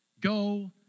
go